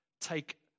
take